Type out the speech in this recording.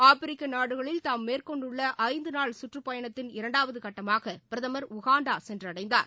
Africa நாடுகளில் தாம் மேற்கொண்டுள்ள ஐந்து நாள் கற்றப்பயணத்தின் இரண்டாவது கட்டமாக பிரதமர் உகாண்டா சென்றடைந்தார்